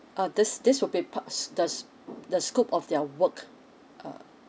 uh this this would be parts the s~ the scope of their work uh